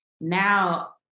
Now